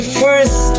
first